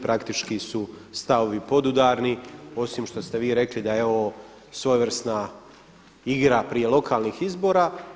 Praktički su stavovi podudarni osim što ste vi rekli da je ovo svojevrsna igra prije lokalnih izbora.